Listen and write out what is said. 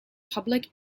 public